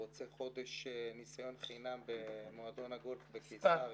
רוצה חודש ניסיון חינם במועדון הגולף בקיסריה.